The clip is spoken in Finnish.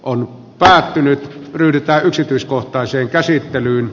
on vähentynyt ryhdytä yksityiskohtaiseen käsittelyyn